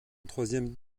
troisième